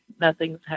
nothing's